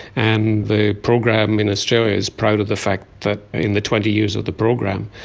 and the program in australia is proud of the fact that in the twenty years of the program,